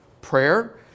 prayer